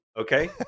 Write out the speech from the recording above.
okay